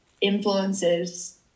influences